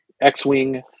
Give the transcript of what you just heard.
x-wing